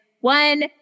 one